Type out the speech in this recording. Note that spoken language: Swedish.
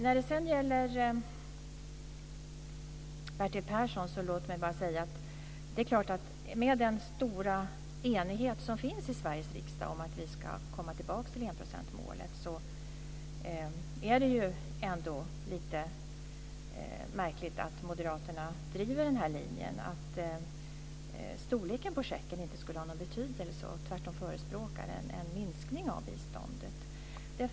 När det sedan gäller Bertil Persson vill jag bara säga att det är klart att med tanke på den stora enighet som finns i Sveriges riksdag om att vi ska komma tillbaka till enprocentsmålet är det ändå lite märkligt att Moderaterna driver linjen att storleken på checken inte skulle ha någon betydelse. Tvärtom förespråkar de en minskning av biståndet.